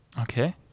okay